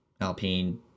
Alpine